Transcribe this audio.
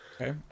Okay